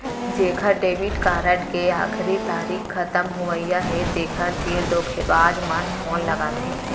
जेखर debit card के आखरी तारीख खतम होवइया हे तेखर तीर धोखेबाज मन फोन लगाथे